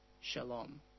shalom